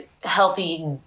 healthy